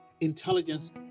intelligence